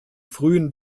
frühen